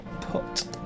put